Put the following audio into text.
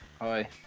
Hi